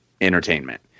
entertainment